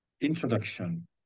introduction